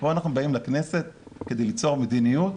פה אנחנו באים לכנסת כדי ליצור מדיניות,